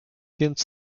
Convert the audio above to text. więc